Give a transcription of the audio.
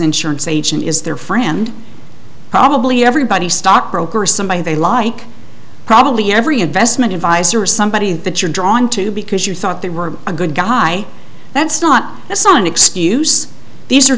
insurance agent is their friend probably everybody's stock broker somebody they like probably every investment advisor or somebody that you're drawn to because you thought they were a good guy that's not the son excuse these